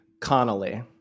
Connolly